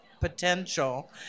potential